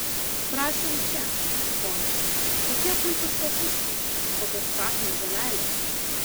prašom čia ponai kokie puikūs kopūstai kokios kvapnios žolelės